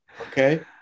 Okay